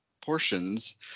portions